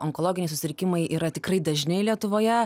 onkologiniai susirgimai yra tikrai dažni lietuvoje